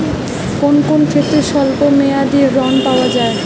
কোন কোন ক্ষেত্রে স্বল্প মেয়াদি ঋণ পাওয়া যায়?